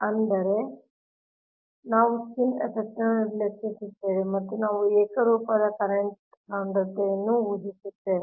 ಈಗ ಆದ್ದರಿಂದ ನಾವು ಸ್ಕಿನ್ ಎಫೆಕ್ಟ್ ನ್ನು ನಿರ್ಲಕ್ಷಿಸುತ್ತೇವೆ ಮತ್ತು ನಾವು ಏಕರೂಪದ ಕರೆಂಟ್ ಸಾಂದ್ರತೆಯನ್ನು ಊಹಿಸುತ್ತೇವೆ